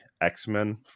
x-men